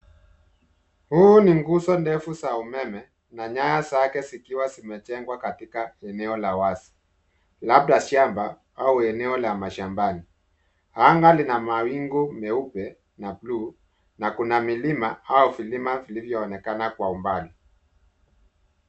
Huu ni nguzo ndefu za umeme na nyaya zake zikiwa zimejengwa katika eneo la wazi. Labda shamba au eneo la mashambani. Anga Lina mawingu meupe na bluu. Kuna milima au vilima vilivyoonekana kwa mbali.